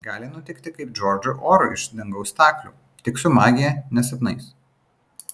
gali nutikti kaip džordžui orui iš dangaus staklių tik su magija ne sapnais